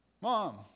Mom